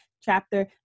chapter